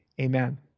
amen